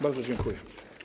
Bardzo dziękuję.